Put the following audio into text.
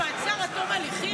תגיד לי, מעצר עד תום הליכים?